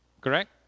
Correct